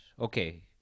Okay